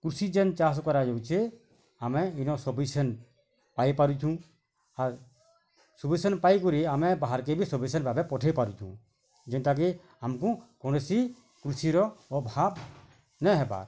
କୃଷି ଯେନ୍ ଚାଷ କରାଯାଉଛେ ଆମେ ଇନ ସଫିସେଣ୍ଟ୍ ପାଇ ପାରୁଛୁ ଆର୍ ସଫିସେଣ୍ଟ୍ ପାଇକରି ଆମେ ବାହାରି କେ ବି ସଫିସେଣ୍ଟ୍ ଭାବେ ପଠାଇ ପାରୁଛୁ ଯେନ୍ତା କି ଆମକୁ କୌଣସି କୃଷିର ଅଭାବ ନାଇଁ ହେବାର୍